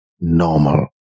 normal